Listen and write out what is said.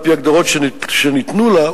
על-פי הגדרות שניתנו לה,